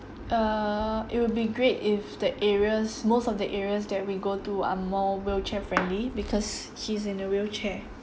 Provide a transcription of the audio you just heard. err it would be great if the areas most of the areas that we go to are more wheelchair-friendly because he's in a wheelchair